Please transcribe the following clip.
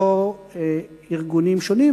לא ארגונים שונים,